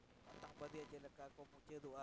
ᱟᱛᱚᱝᱵᱟᱹᱫᱤ ᱪᱮᱫᱠᱟ ᱠᱚ ᱢᱩᱪᱟᱹᱫᱚᱜᱼᱟ